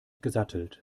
gesattelt